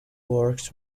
works